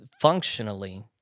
functionally—